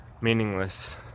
meaningless